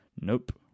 Nope